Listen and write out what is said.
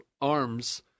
arms